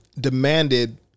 demanded